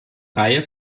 reihe